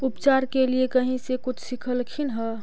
उपचार के लीये कहीं से कुछ सिखलखिन हा?